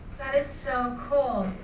that is so cool.